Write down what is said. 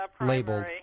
labeled